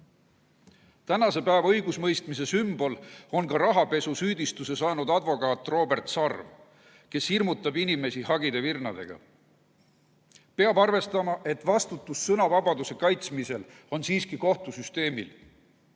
Tänase päeva õigusemõistmise sümbol on ka rahapesusüüdistuse saanud advokaat Robert Sarv, kes hirmutab inimesi hagide virnadega. Peab arvestama, et vastutus sõnavabaduse kaitsmisel on siiski kohtusüsteemil.